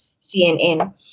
CNN